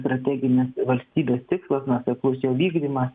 strateginis valstybės tikslas nuoseklus jo vykdymas